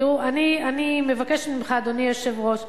תראו, אני מבקשת ממך, אדוני היושב-ראש: